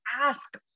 ask